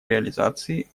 реализации